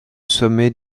sommet